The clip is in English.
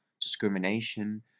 discrimination